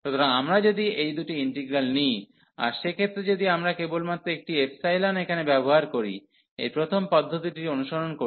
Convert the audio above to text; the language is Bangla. সুতরাং আমরা যদি এই দুটি ইন্টিগ্রাল নিই আর সেক্ষেত্রে যদি আমরা কেবলমাত্র একটি এখানে ব্যবহার করে এই প্রথম পদ্ধতিটি অনুসরণ করি